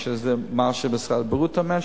זה מה שמשרד הבריאות אומר,